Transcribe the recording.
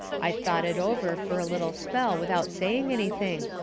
i thought it over fur a little spell without saying anything,